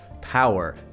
power